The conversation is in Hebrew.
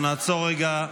נעצור רגע.